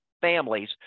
families